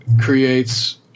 creates